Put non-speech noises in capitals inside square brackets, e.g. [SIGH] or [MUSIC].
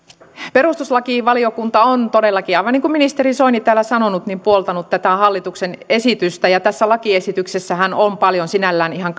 perustuslakivaliokunta on todellakin aivan niin kuin ministeri soini täällä on sanonut puoltanut tätä hallituksen esitystä ja tässä lakiesityksessähän on paljon sinällään ihan [UNINTELLIGIBLE]